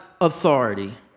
authority